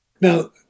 Now